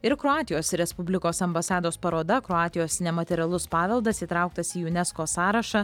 ir kroatijos respublikos ambasados paroda kroatijos nematerialus paveldas įtrauktas į junesko sąrašą